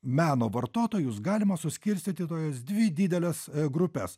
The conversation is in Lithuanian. meno vartotojus galima suskirstyti į tokias dvi dideles grupes